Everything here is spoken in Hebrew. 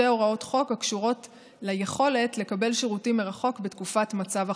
הוראות חוק הקשורות ליכולת לקבל שירותים מרחוק בתקופת מצב החירום.